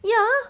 ya